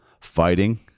fighting